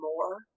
more